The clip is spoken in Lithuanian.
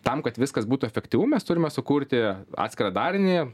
tam kad viskas būtų efektyvu mes turime sukurti atskirą darinį